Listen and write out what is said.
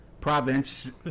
province